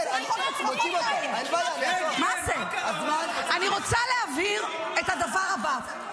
מה זה צא החוצה --- אני רוצה להבהיר את הדבר הבא: